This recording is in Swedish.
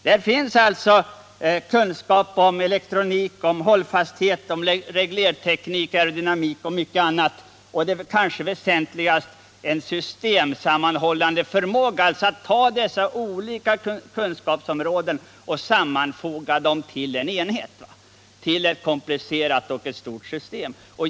Där finns kunskap om elektronik, om hållfasthet, om reglerteknik, aerodynamik och mycket annat och — kanske det väsentligaste — en systemsammanhållande förmåga, en förmåga att ur dessa olika kunskapsområden sammanfoga en enhet, till ett komplicerat och stort system.